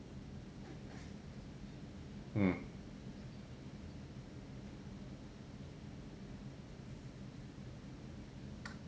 mm